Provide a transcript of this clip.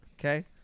okay